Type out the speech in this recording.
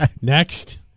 Next